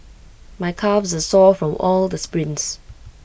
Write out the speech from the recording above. my calves are sore from all the sprints